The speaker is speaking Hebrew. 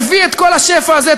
מביא את כל השפע הזה,